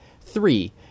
Three